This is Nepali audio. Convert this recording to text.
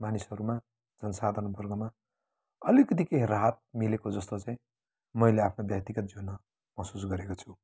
मानिसहरूमा जनसाधणवर्गमा अलिकति केही राहत मिलेको जस्तो चाहिँ मैले आफ्नो व्यक्तिगत जीवनमा महसुस गरेको छु